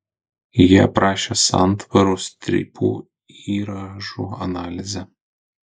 ji aprašė santvarų strypų įrąžų analizę